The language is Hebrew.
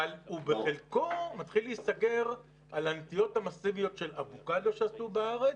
בחלקו הוא מתחיל להיסגר על הנטיעות המסיביות של אבוקדו שעשו בארץ.